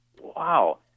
wow